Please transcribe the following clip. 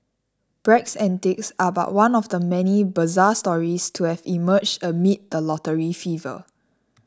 Bragg's antics are but one of the many bizarre stories to have emerged amid the lottery fever